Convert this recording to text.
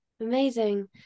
amazing